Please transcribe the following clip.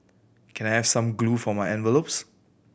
can I have some glue for my envelopes